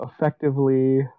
effectively